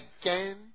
again